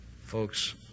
Folks